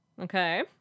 okay